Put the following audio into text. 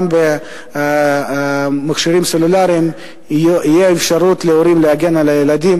גם במכשירים סלולריים תהיה אפשרות להורים להגן על הילדים